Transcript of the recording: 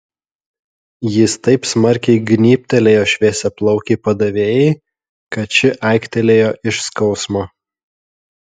jis taip smarkiai gnybtelėjo šviesiaplaukei padavėjai kad ši aiktelėjo iš skausmo